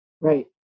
Right